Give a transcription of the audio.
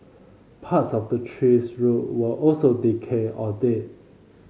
parts of the tree's root were also decayed or dead